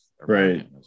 right